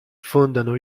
fondano